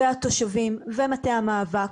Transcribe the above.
התושבים ומטה המאבק.